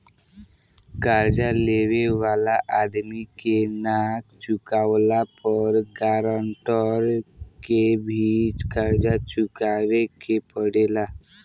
कर्जा लेवे वाला आदमी के ना चुकावला पर गारंटर के भी कर्जा चुकावे के पड़ेला